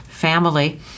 family